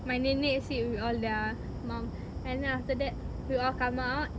my nenek sit with all their mum and then after that we all come out